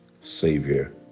Savior